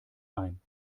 ein